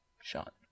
shot